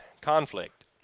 conflict